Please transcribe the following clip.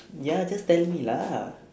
ya just tell me lah